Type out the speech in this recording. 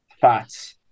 fats